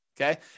Okay